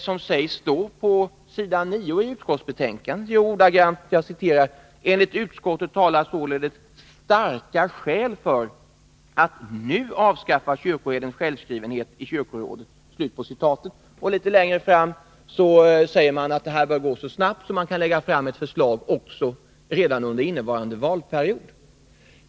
Jo, på s.9 kan man läsa: ”Enligt utskottet talar således starka skäl för att nu avskaffa kyrkoherdens självskrivenhet i kyrkorådet.” Litet längre fram säger man att utredningen bör bedrivas så snabbt att man kan lägga fram förslag redan under innevarande valperiod. Herr talman!